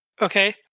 Okay